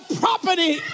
property